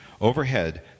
Overhead